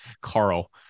Carl